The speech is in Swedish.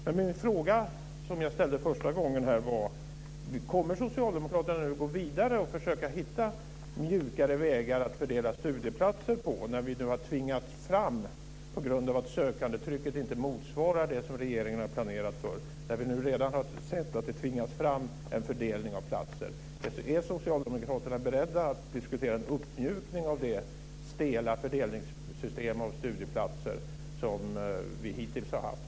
Min fråga, som jag ställde första gången, var: Kommer Socialdemokraterna nu att gå vidare och försöka hitta mjukare vägar att fördela studieplatser på, när vi nu på grund av att sökandetrycket inte motsvarar det som regeringen har planerat för redan har sett att det tvingas fram en fördelning av platser? Är Socialdemokraterna beredda att diskutera en uppmjukning av det stela fördelningssystem för studieplatser som vi hittills har haft?